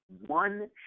one